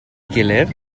gilydd